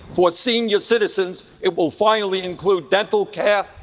for senior citizens, it will finally include dental care,